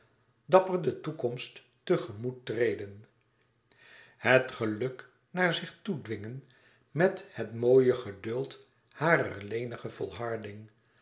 dapper de toekomst te gemoet treden het geluk naar zich toe dwingen met het mooie geduld harer lenige volharding